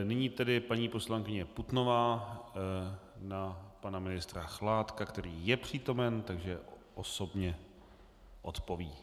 Nyní tedy paní poslankyně Putnová na pana ministra Chládka, který je přítomen, takže osobně odpoví.